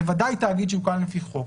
זה ודאי תאגיד שהוקם לפי חוק,